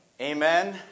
Amen